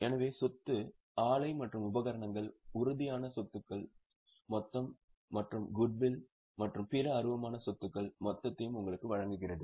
எனவே சொத்து ஆலை மற்றும் உபகரணங்கள் உறுதியான சொத்துக்கள் மொத்தம் மற்றும் குட்வில் மற்றும் பிற அருவமான சொத்துக்கள் மொத்தத்தை உங்களுக்கு வழங்குகிறது